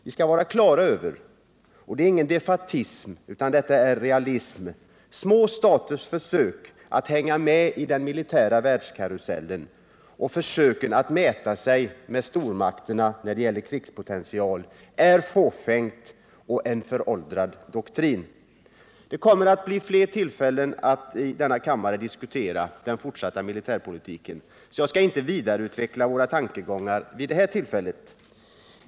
Vi skall vara på det klara med — och det är inte uttryck för någon defaitism utan för realism — att små staters försök att hänga med i den militära världskarusellen och att mäta sig med stormakterna när det gäller krigspotential är fåfänga; det är uttryck för en föråldrad doktrin. Det kommer att bli flera tillfällen att i denna kammare diskutera den fortsatta militärpolitiken. Jag skall därför inte nu vidareutveckla våra tankegångar.